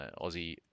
Aussie